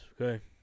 okay